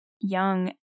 young